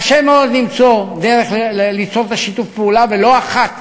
קשה מאוד למצוא דרך לשיתוף פעולה, ולא אחת